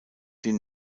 den